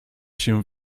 się